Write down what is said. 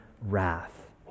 wrath